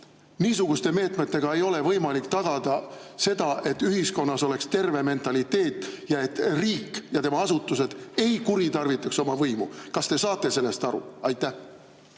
niisuguste meetmetega ei ole võimalik tagada, et ühiskonnas on terve mentaliteet ja et riik ja tema asutused ei kuritarvita oma võimu. Kas te saate sellest aru? Aitäh